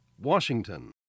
Washington